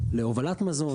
להובלת מזון,